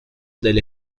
del